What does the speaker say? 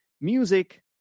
music